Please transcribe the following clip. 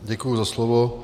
Děkuji za slovo.